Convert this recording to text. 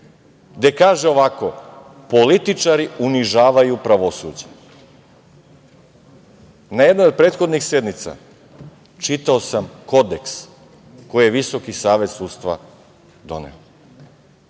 gde kaže ovako – političari unižavaju pravosuđe. Na jednoj od prethodnih sednica čitao sam kodeks koji je Visoki savet sudstva doneo.